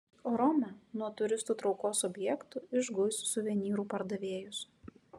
roma nuo turistų traukos objektų išguis suvenyrų pardavėjus